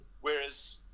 Whereas